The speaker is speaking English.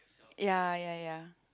ya ya ya